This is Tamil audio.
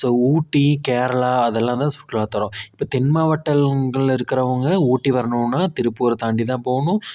ஸோ ஊட்டி கேரளா அதெல்லாம் தான் சுற்றுல்லாத்தலம் இப்போ தென் மாவட்டங்கள்ல இருக்கிறவங்க ஊட்டி வரணும்னால் திருப்பூரை தாண்டி தான் போகணும்